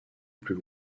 plus